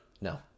No